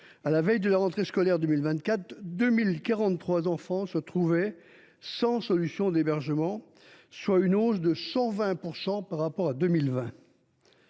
à la veille de la rentrée scolaire 2024, 2 043 enfants se trouvaient sans solution d’hébergement, soit une hausse de 120 % par rapport à 2020.